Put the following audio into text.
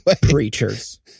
Preachers